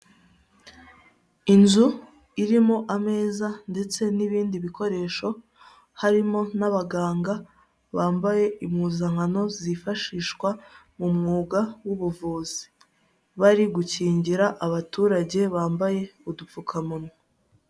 Inzu irimo ameza ndetse n'ibindi bikoresho harimo n'abaganga bambaye impuzankano zifashishwa mu mwuga w'ubuvuzi, bari gukingira abaturage bambaye udupfuka munwa.